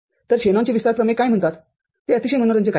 तर शेनॉनचे विस्तार प्रमेय काय म्हणतात ते अतिशय मनोरंजक आहे